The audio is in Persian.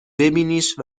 ببینیش